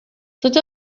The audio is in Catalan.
tots